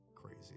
crazy